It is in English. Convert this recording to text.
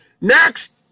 Next